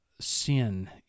sin